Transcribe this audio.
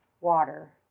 water